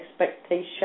expectation